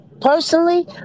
personally